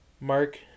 Mark